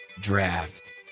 draft